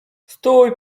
stój